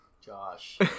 Josh